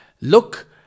Look